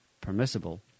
permissible